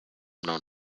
known